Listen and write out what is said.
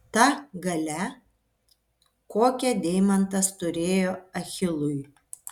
ta galia kokią deimantas turėjo achilui